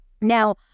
Now